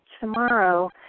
tomorrow